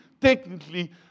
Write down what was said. technically